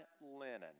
linen